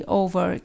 over